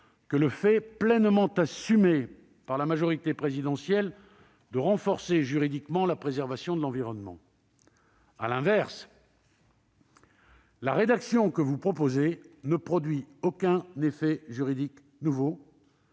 volonté, pleinement assumée par la majorité présidentielle, de renforcer juridiquement la préservation de l'environnement. À l'inverse, la rédaction que vous proposez ne produirait aucun effet juridique nouveau,